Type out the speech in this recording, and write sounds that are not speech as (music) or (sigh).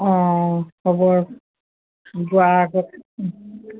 অঁ হ'ব যোৱাৰ আগতে (unintelligible)